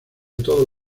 todos